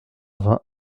vingt